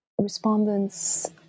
respondents